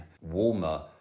warmer